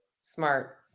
Smart